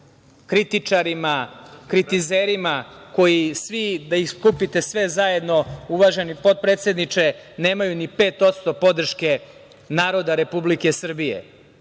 kritičarima, kritizerima, koji svi da ih skupite sve zajedno, uvaženi potpredsedniče, nemaju ni 5% podrške naroda Republike Srbije